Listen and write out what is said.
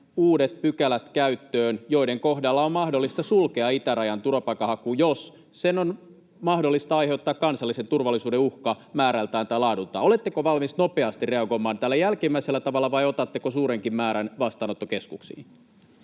uudet pykälät, joiden nojalla on mahdollista sulkea itärajan turvapaikanhaku, jos sen on mahdollista aiheuttaa kansallisen turvallisuuden uhka määrältään tai laadultaan? Oletteko valmis nopeasti reagoimaan tällä jälkimmäisellä tavalla, vai otatteko suurenkin määrän vastaanottokeskuksiin?